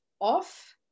off